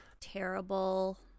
terrible